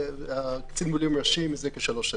קצין מילואים ראשי מזה כשלוש שנים.